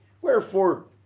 Wherefore